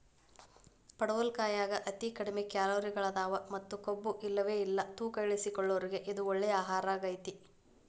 ಪಡವಲಕಾಯಾಗ ಅತಿ ಕಡಿಮಿ ಕ್ಯಾಲೋರಿಗಳದಾವ ಮತ್ತ ಕೊಬ್ಬುಇಲ್ಲವೇ ಇಲ್ಲ ತೂಕ ಇಳಿಸಿಕೊಳ್ಳೋರಿಗೆ ಇದು ಒಳ್ಳೆ ಆಹಾರಗೇತಿ